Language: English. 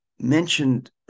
mentioned